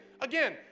Again